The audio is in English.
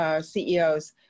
CEOs